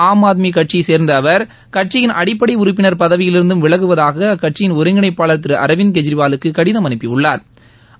ஆம் ஆத்மி கட்சியைச் சேர்ந்த அவர் கட்சியின் அடிப்படை உறுப்பினர் பதவியிலிருந்தும் விலகுவதாக அக்கட்சியின் ஒருங்கிணைப்பாள் திரு அரவிந்த் கெஜ்ரிவாலுக்கு கடிதம் அனுப்பியுள்ளாா்